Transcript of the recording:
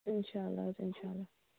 اِنشاءاللہ حظ اِنشاءاللہ